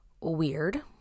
weird